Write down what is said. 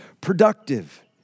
productive